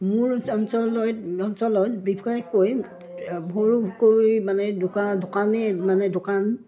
মোৰ অঞ্চলত অঞ্চলত বিশেষকৈ সৰুকৈ মানে দোকান দোকানী মানে দোকান